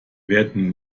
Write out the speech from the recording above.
werden